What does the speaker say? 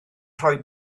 roi